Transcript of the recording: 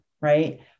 right